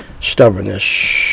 stubbornness